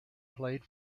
played